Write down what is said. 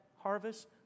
harvest